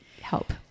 help